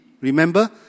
Remember